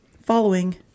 Following